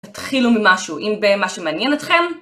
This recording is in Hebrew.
תתחילו ממשהו אם במה שמעניין אתכם